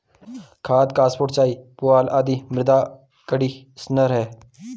खाद, कंपोस्ट चाय, पुआल आदि मृदा कंडीशनर है